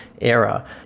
era